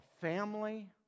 family